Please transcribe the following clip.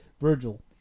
Virgil